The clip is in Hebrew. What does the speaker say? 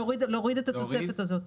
להוריד את התוספת הזאת.